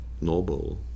noble